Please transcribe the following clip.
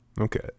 Okay